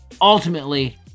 Ultimately